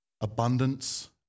abundance